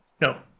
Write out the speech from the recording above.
No